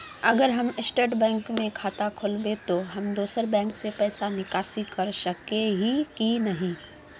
अगर हम state bank में खाता खोलबे तो हम दोसर बैंक से पैसा निकासी कर सके ही की नहीं?